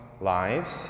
lives